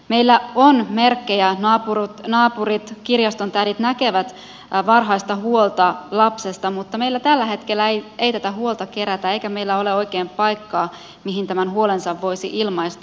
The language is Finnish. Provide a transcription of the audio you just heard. meillä on merkkejä naapurit kirjastontädit näkevät varhaista huolta lapsesta mutta meillä tällä hetkellä ei tätä huolta kerätä eikä meillä ole oikein paikkaa mihin tämän huolensa voisi ilmaista